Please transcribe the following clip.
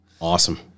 Awesome